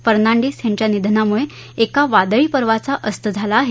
फर्नांडीस यांच्या निधनामुळे एका वादळी पर्वाचा अस्त झाला आहे